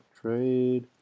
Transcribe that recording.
trade